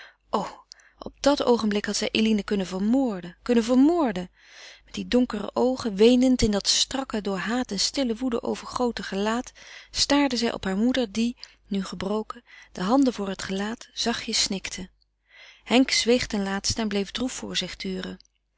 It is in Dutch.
o op dat oogenblik had zij eline kunnen vermoorden kunnen vermoorden met die donkere oogen weenend in dat strakke door haat en stille woede overtogen gelaat staarde zij op haar moeder die nu gebroken de handen voor het gelaat zachtjes snikte henk zweeg ten laatste en bleef droef voor zich turen